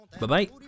Bye-bye